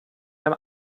beim